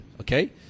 okay